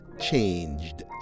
changed